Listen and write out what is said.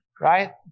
right